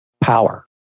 power